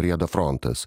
rieda frontas